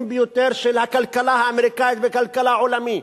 ביותר של הכלכלה האמריקנית והכלכלה העולמית.